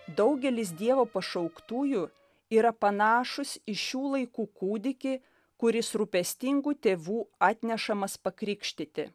daugelis dievo pašauktųjų yra panašūs į šių laikų kūdikį kuris rūpestingų tėvų atnešamas pakrikštyti